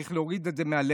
צריך להוריד את זה מהלקסיקון.